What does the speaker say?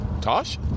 Tosh